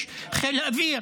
יש חיל אוויר